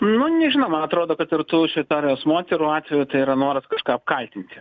nu nežinau man atrodo kad ir tų iš istorijos moterų atveju tai yra noras kažką apkaltinti